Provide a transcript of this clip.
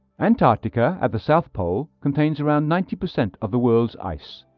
antarctica, at the south pole, contains around ninety percent of the world's ice.